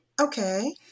Okay